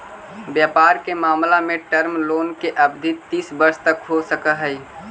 व्यापार के मामला में टर्म लोन के अवधि तीस वर्ष तक हो सकऽ हई